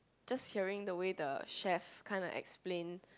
just hearing the way the chef kinds like explain